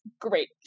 great